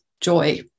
joy